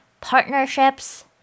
partnerships